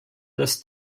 des